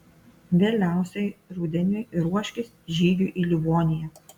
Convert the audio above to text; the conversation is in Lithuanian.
vėliausiai rudeniui ruoškis žygiui į livoniją